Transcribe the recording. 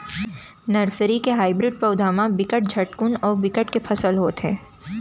nursery के hybrid पउधा म बिकट झटकुन अउ बिकट के फसल होथे